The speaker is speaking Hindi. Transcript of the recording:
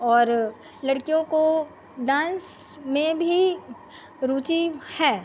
और लड़कियों को डान्स में भी रुचि है